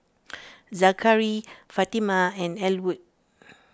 Zakary Fatima and Elwood